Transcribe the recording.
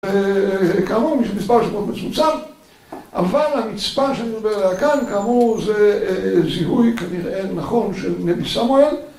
כאמור, יש מספר שמות מצומצם, אבל המצפה שאני מדבר עליה כאן, כאמור, זה זיהוי כנראה נכון של נבי סמואל,